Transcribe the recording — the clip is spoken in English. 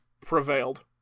prevailed